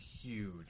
huge